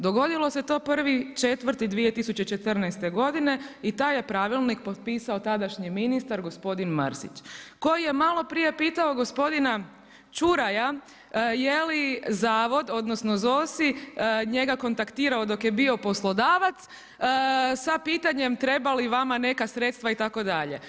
Dogodilo se to 1.4.2014. godine i taj je pravilnik potpisao tadašnji ministar gospodin Mrsić koji je maloprije pitao gospodina Čuraja je li zavod odnosno ZOSI njega kontaktirao dok je bio poslodavac sa pitanjem treba li vama neka sredstva itd.